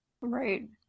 Right